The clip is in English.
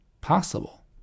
possible